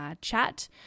chat